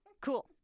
Cool